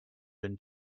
been